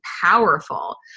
powerful